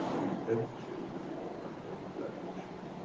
in every shape or form, and every dimension.